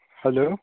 hello